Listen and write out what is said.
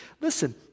Listen